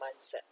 mindset